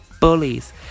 bullies